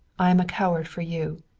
i am a coward for you.